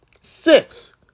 Six